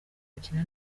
gukina